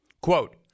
quote